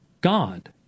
God